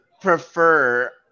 prefer